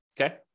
Okay